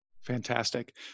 Fantastic